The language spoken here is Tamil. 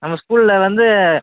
நம்ம ஸ்கூலில் வந்து